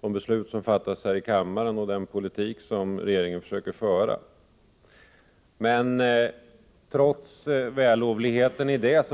de beslut som fattas här i kammaren och av den politik som regeringen försöker föra — det är vällovligt.